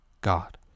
God